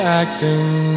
acting